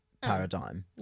paradigm